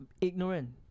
ignorant